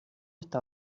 está